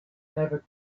ever